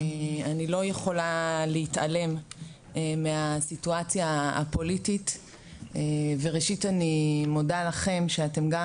אני לא יכולה להתעלם מהסיטואציה הפוליטית וראשית אני מודה לכם שאתם גם